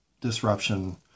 disruption